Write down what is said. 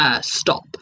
stop